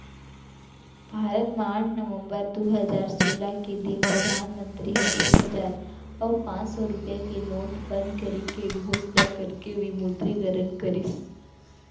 भारत म आठ नवंबर दू हजार सोलह के दिन परधानमंतरी ह एक हजार अउ पांच सौ रुपया के नोट बंद करे के घोसना करके विमुद्रीकरन करिस